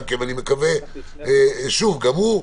ושוב גם הוא,